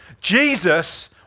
Jesus